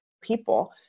people